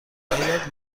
جدیدت